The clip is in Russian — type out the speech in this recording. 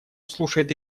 слушает